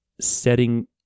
setting